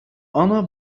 anna